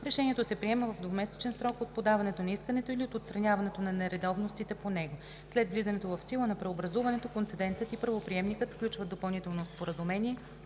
Решението се приема в двумесечен срок от подаването на искането или от отстраняването на нередовностите по него. След влизането в сила на преобразуването концедентът и правоприемникът сключват допълнително споразумение